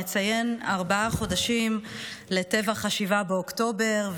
נציין ארבעה חודשים לטבח 7 באוקטובר,